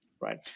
right